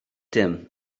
dim